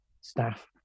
staff